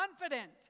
confident